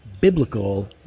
biblical